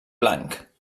blanc